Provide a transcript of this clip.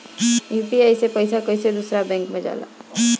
UPI से पैसा कैसे दूसरा बैंक मे जाला?